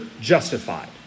justified